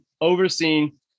overseen